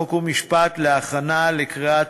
חוק ומשפט להכנה לקריאה